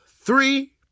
three